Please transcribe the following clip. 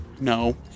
No